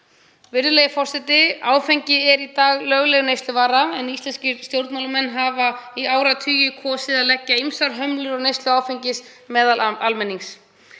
Virðulegi forseti. Áfengi er í dag lögleg neysluvara en íslenskir stjórnmálamenn hafa í áratugi kosið að leggja ýmsar hömlur á neyslu áfengis meðal almennings.